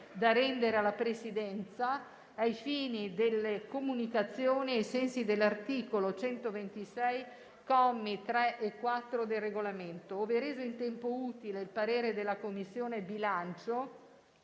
da rendere alla Presidenza ai fini delle comunicazioni ai sensi dell'articolo 126, commi 3 e 4, del Regolamento. Ove reso in tempo utile il parere della Commissione bilancio,